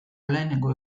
lehenengo